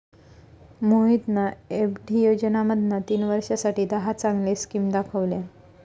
मोहितना एफ.डी योजनांमधना तीन वर्षांसाठी दहा चांगले स्किम दाखवल्यान